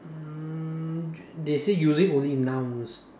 mm they say using only nouns